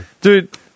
Dude